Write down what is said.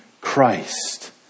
Christ